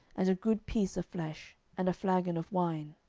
and a good piece of flesh, and a flagon of wine.